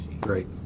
Great